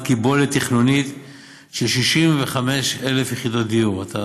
קיבולת תכנונית של 65,000 יחידות דיור לכ-200,000 נפש.